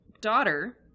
daughter